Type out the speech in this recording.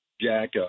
Jack